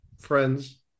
Friends